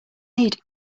need